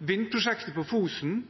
Vindprosjektet på Fosen